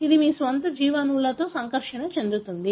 ఇది మీ స్వంత జీవఅణువులతో సంకర్షణ చెందుతుంది